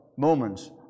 moments